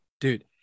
Dude